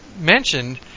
mentioned